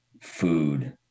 food